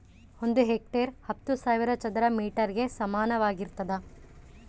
ಒಂದು ಹೆಕ್ಟೇರ್ ಹತ್ತು ಸಾವಿರ ಚದರ ಮೇಟರ್ ಗೆ ಸಮಾನವಾಗಿರ್ತದ